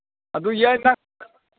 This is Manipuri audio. ꯑꯗꯨ ꯌꯥꯏ ꯅꯪ